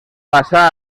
passà